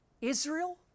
Israel